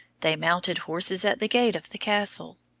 they mounted horses at the gate of the castle.